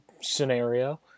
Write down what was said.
scenario